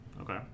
Okay